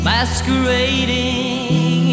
Masquerading